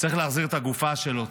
צריך להחזיר את הגופה שלו.